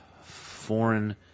foreign